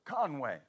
Conway